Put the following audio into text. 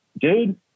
dude